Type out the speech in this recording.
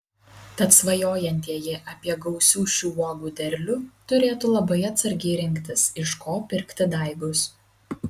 tad svajojantieji apie gausių šių uogų derlių turėtų labai atsargiai rinktis iš ko pirkti daigus